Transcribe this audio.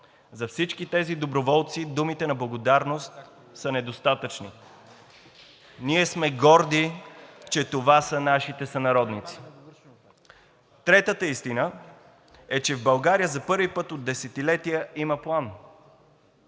За всички тези доброволци думите на благодарност са недостатъчни. Ние сме горди, че това са нашите сънародници. Третата истина е, че в България за първи път от десетилетия има план,